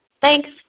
Thanks